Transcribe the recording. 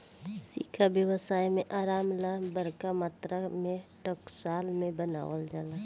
सिक्का व्यवसाय में आराम ला बरका मात्रा में टकसाल में बनावल जाला